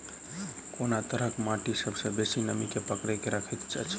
कोन तरहक माटि सबसँ बेसी नमी केँ पकड़ि केँ राखि सकैत अछि?